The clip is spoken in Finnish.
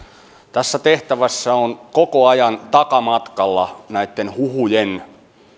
tässä tehtävässä on koko ajan takamatkalla näitten huhujen